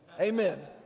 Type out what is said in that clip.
Amen